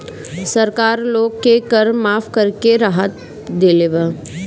सरकार लोग के कर माफ़ करके राहत देले बा